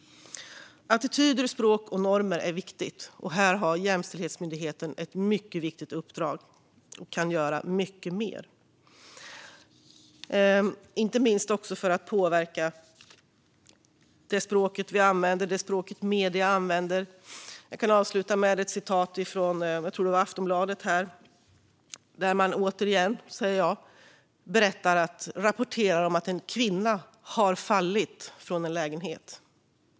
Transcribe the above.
Attityder, språk och normer är viktiga. Här har Jämställdhetsmyndigheten ett mycket viktigt uppdrag och kan göra mycket mer. Det gäller inte minst för att påverka det språk vi använder och medierna använder. Jag kan avsluta med vad som stod i Aftonbladet, tror jag. Där rapporterar man återigen om att en kvinna har fallit från en lägenhet.